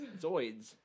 Zoids